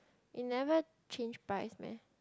it never change price meh